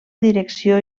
direcció